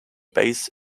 base